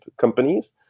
companies